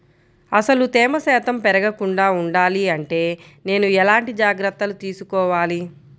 అసలు తేమ శాతం పెరగకుండా వుండాలి అంటే నేను ఎలాంటి జాగ్రత్తలు తీసుకోవాలి?